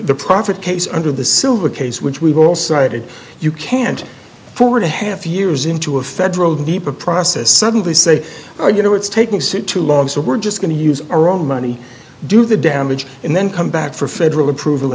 the profit case under the silver case which we've also noted you can't afford a half years into a federal deeper process suddenly say you know it's taking sit too long so we're just going to use our own money do the damage and then come back for federal approval